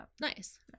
Nice